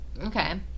Okay